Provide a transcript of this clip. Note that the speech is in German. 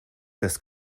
das